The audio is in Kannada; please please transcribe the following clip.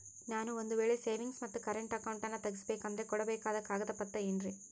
ನಾನು ಒಂದು ವೇಳೆ ಸೇವಿಂಗ್ಸ್ ಮತ್ತ ಕರೆಂಟ್ ಅಕೌಂಟನ್ನ ತೆಗಿಸಬೇಕಂದರ ಕೊಡಬೇಕಾದ ಕಾಗದ ಪತ್ರ ಏನ್ರಿ?